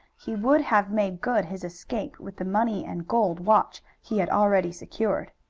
he would have made good his escape with the money and gold watch he had already secured.